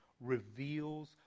reveals